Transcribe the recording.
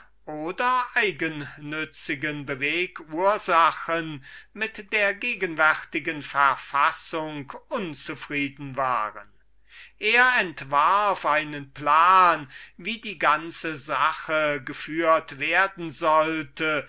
oder eigennützigern bewegursachen mit der gegenwärtigen verfassung unzufrieden waren agathon entwarf einen plan wie die ganze sache geführt werden sollte